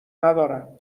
ندارن